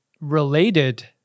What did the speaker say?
related